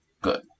good